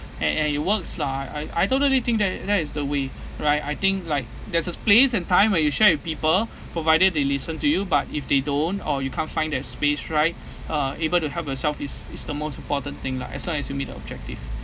and and it works lah I I totally think that that is the way right I think like there's a place and time where you share people provided they listen to you but if they don't or you can't find that space right uh able to help yourself is is the most important thing lah as long as you meet the objective